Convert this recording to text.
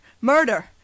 murder